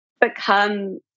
become